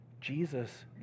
Jesus